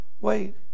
wait